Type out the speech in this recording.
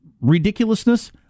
ridiculousness